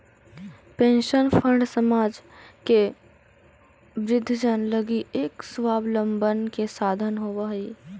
pension fund समाज के वृद्धजन लगी एक स्वाबलंबन के साधन होवऽ हई